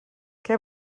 què